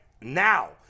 now